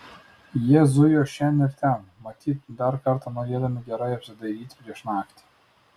jie zujo šen ir ten matyt dar kartą norėdami gerai apsidairyti prieš naktį